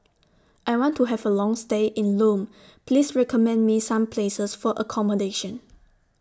I want to Have A Long stay in Lome Please recommend Me Some Places For accommodation